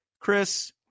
Chris